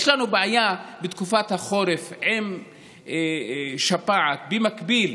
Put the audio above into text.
יש לנו בעיה בתקופת החורף עם שפעת במקביל